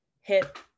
hit